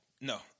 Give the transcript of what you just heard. No